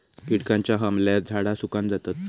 किटकांच्या हमल्यात झाडा सुकान जातत